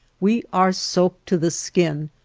we are soaked to the skin,